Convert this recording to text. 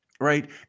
right